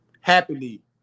happily